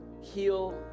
heal